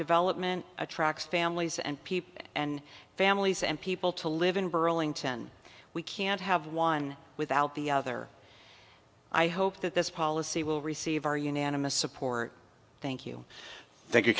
development attracts families and people and families and people to live in burlington we can't have one without the other i hope that this policy will receive our unanimous support thank you thank you